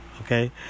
Okay